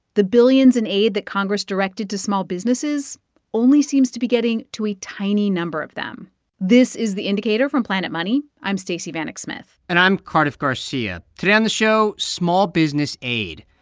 the billions in aid that congress directed to small businesses only seems to be getting to a tiny number of them this is the indicator from planet money. i'm stacey vanek smith and i'm cardiff garcia. today on the show, small-business aid.